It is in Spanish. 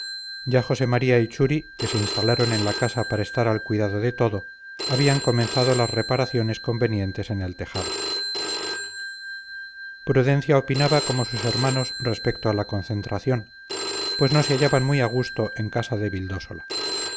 ya josé maría y churi que se instalaron en la casa para estar al cuidado de todo habían comenzado las reparaciones convenientes en el tejado prudencia opinaba como sus hermanos respecto a la concentración pues no se hallaban muy a gusto en casa de vildósola